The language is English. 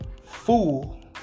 fool